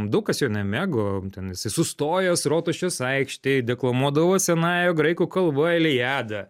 daug kas jo nemėgo ten jisai sustojęs rotušės aikštėj deklamuodavo senąja graikų kalba eliadą